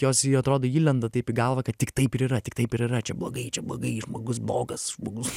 jos atrodo įlenda taip į galvą kad tik taip ir yra tik taip ir yra čia blogai čia blogai žmogus blogas žmogus